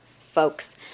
folks